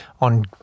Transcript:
on